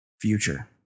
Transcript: Future